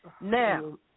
Now